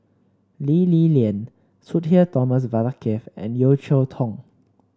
Lee Li Lian Sudhir Thomas Vadaketh and Yeo Cheow Tong